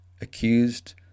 accused